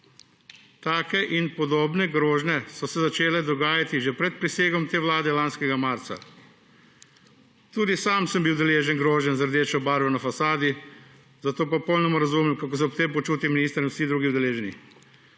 Take in podobne grožnje so se začele dogajati že pred prisego te vlade lanskega marca. Tudi sam sem bil deležen groženj z rdečo barvo na fasadi, zato popolnoma razumem, kako se ob tem počutijo minister in vsi drugi udeleženi.